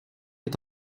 est